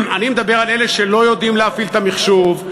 אני מדבר על אלה שלא יודעים להפעיל את המחשוב.